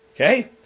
Okay